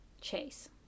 chase